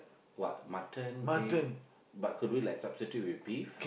what mutton beef but could we like substitute with beef